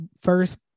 first